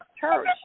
church